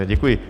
Děkuji.